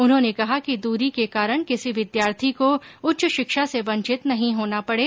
उन्होंने कहा कि दूरी के कारण किसी विद्यार्थी को उच्च शिक्षा से वंचित नहीं होना पडे